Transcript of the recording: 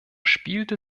spielte